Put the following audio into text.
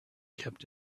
kept